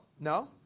no